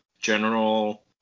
general